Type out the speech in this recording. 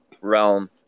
realm